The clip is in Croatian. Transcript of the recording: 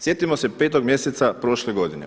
Sjetimo se 5.-og mjeseca prošle godine.